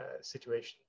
situation